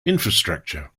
infrastructure